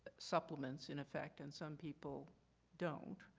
supplements in effect and some people don't.